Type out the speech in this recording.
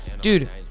Dude